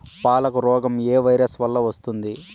పాలకు రోగం ఏ వైరస్ వల్ల వస్తుంది?